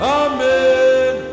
amen